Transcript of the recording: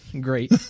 great